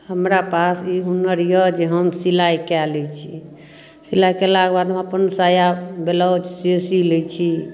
हमरा पास ई हुनर यऽ जे हम सिलाइ कए लै छी सिलाइ केलाके बाद हम अपन साया ब्लाउज से सी लै छी